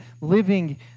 living